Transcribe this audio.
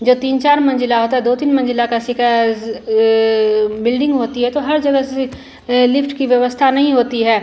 जो तीन चार मंज़िला होती है दो तीन मंज़िला की सिकज़ बिल्डिंग होती है तो हर जगह से लिफ़्ट की व्यवस्था नहीं होती है